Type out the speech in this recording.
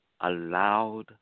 allowed